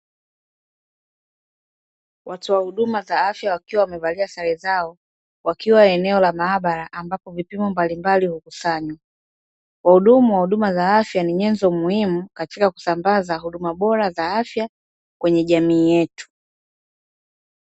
Watoa huduma za afya wakiwa wamevalia sare zao, wakiwa eneo la maabara ambapo vipimo mbalimbali hukusanywa. Wahudumu wa huduma za afya ni nyenzo muhimu katika kusambaza huduma bora za afya kwenye jamii yetu.